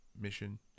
mission